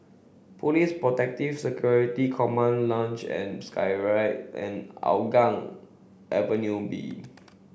Police Protective Security Command Luge and Skyride and Hougang Avenue B